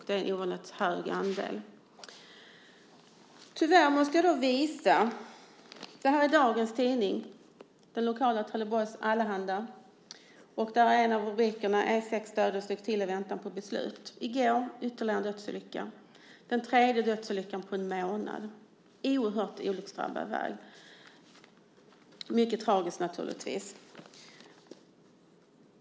Det är en mycket stor andel. Tyvärr är det något jag måste visa. Här har jag dagens tidning, den lokala Trelleborgs Allehanda. En av rubrikerna lyder: "E6-döden slog till i väntan på beslut." I går var det ännu en dödsolycka. Det är den tredje dödsolyckan på en månad. Det är en oerhört olycksdrabbad väg.